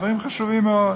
דברים חשובים מאוד.